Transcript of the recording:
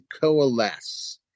coalesce